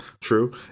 True